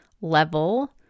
level